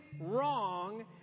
wrong